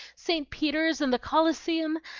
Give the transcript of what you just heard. st. peter's, and the colosseum.